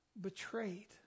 betrayed